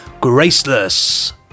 Graceless